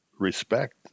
respect